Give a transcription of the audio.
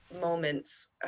moments